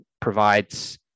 provides